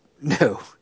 No